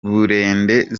burende